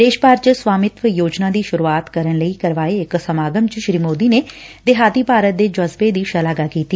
ਦੇਸ਼ ਭਰ ਚ ਸਵਾਮਿਤਵ ਯੋਜਨਾ ਦੀ ਸੁਰੁਆਤ ਕਰਨ ਲਈ ਕਰਵਾਏ ਇਕ ਸਮਾਗਮ ਚ ਸ੍ਰੀ ਸੋਦੀ ਨੇ ਦੇਹਾਤੀ ਭਾਰਤ ਦੇ ਜ਼ਬੇ ਦੀ ਸ਼ਲਾਘਾ ਕੀਤੀ